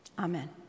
Amen